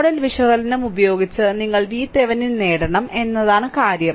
nodal വിശകലനം ഉപയോഗിച്ച് നിങ്ങൾ VThevenin നേടണം എന്നതാണ് കാര്യം